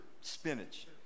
spinach